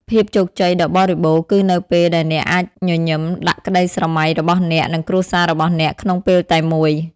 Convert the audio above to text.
ភាពជោគជ័យដ៏បរិបូរណ៍ គឺនៅពេលដែលអ្នកអាចញញឹមដាក់ក្តីស្រមៃរបស់អ្នក និងគ្រួសាររបស់អ្នកក្នុងពេលតែមួយ។